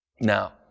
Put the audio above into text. Now